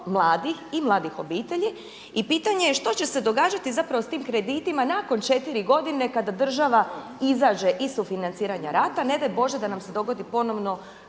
mladih i mladih obitelji i pitanje je što će se događati s tim kreditima nakon četiri godine kada država izađe iz sufinanciranja rata. Ne daj Bože da nam se dogodi ponovno